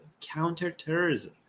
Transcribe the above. counterterrorism